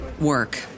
work